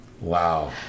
Wow